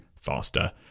faster